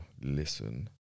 listen